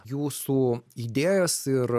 jūsų idėjas ir